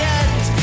end